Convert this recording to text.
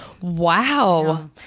Wow